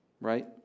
right